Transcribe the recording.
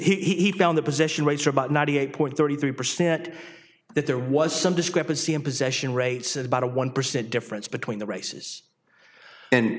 busy he found the position rates about ninety eight point thirty three percent that there was some discrepancy in possession rates about a one percent difference between the races and